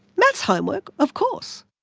maths homework, of course!